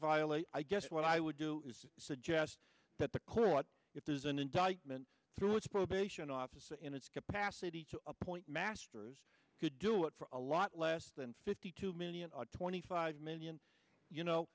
violate i guess what i would do is suggest that the clear what if there's an indictment through its probation office and its capacity to appoint masters could do it for a lot less than fifty two million or twenty five million you know